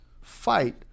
Fight